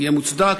יהיה מוצדק,